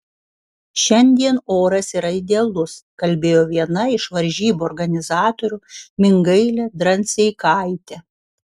šiandien oras yra idealus kalbėjo viena iš varžybų organizatorių mingailė dranseikaitė